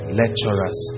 lecturers